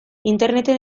interneten